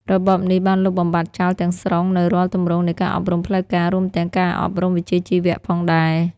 របបនេះបានលុបបំបាត់ចោលទាំងស្រុងនូវរាល់ទម្រង់នៃការអប់រំផ្លូវការ រួមទាំងការអប់រំវិជ្ជាជីវៈផងដែរ។